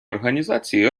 організації